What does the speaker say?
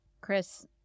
Chris